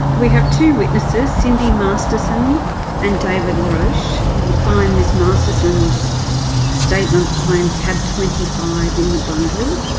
we have two witnesses, cindy masterson and david roche. you will find ms masterson's statement behind tab twenty five in the bundle,